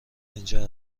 اینجا